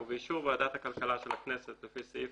ובאישור ועדת הכלכלה של הכנסת לפי סעיף